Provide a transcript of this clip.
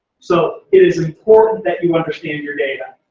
so it is important that you understand your data.